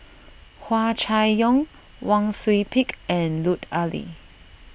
Hua Chai Yong Wang Sui Pick and Lut Ali